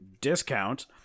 discount